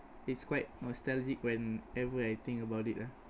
it's quite nostalgic whenever I think about it lah